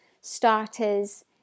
starters